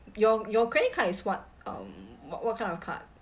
your your credit card is what um what what kind of card